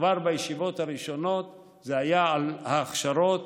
וכבר הישיבות הראשונות היו על הכשרות,